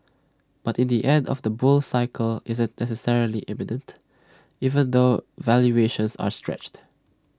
but in the end of the bull cycle isn't necessarily imminent even though valuations are stretched